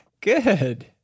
Good